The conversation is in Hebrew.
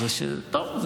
טוב,